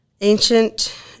ancient